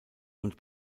und